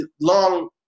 long